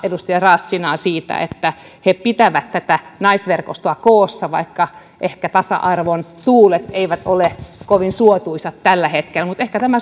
edustaja raassinaa siitä että he pitävät tätä naisverkostoa koossa vaikka ehkä tasa arvon tuulet eivät ole kovin suotuisat tällä hetkellä mutta ehkä tämä